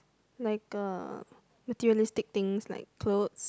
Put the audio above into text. like a materialistic things like clothes